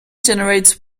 generates